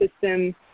system